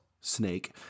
Snake